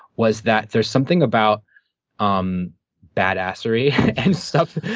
was that there's something about um badassery and stuff,